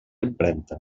impremta